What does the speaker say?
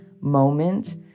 moment